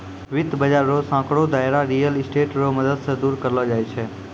वित्त बाजार रो सांकड़ो दायरा रियल स्टेट रो मदद से दूर करलो जाय छै